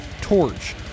Torch